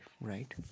right